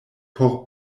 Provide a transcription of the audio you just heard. por